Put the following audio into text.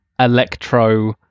Electro